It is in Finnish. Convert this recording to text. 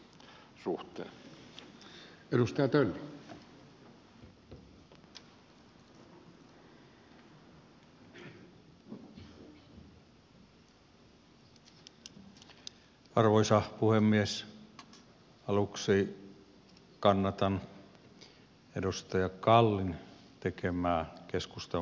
aluksi kannatan edustaja kallin tekemää keskustan vastalauseeseen pohjautuvaa esitystä